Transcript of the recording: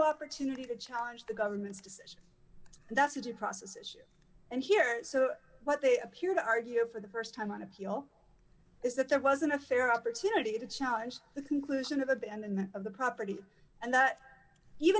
opportunity to challenge the government's decision that's a due process issue and here so what they appear to argue for the st time on appeal is that there wasn't a fair opportunity to challenge the conclusion of abandonment of the property and that even